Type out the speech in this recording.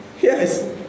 Yes